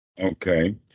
Okay